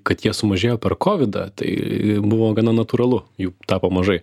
kad jie sumažėjo per kovidą tai buvo gana natūralu juk tapo mažai